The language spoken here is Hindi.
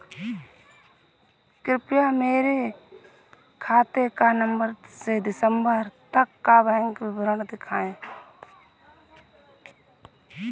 कृपया मेरे खाते का नवम्बर से दिसम्बर तक का बैंक विवरण दिखाएं?